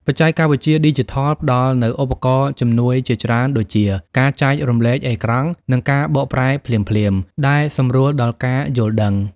បច្ចេកវិទ្យាឌីជីថលផ្ដល់នូវឧបករណ៍ជំនួយជាច្រើនដូចជា ការចែករំលែកអេក្រង់ និងការបកប្រែភ្លាមៗ ដែលសម្រួលដល់ការយល់ដឹង។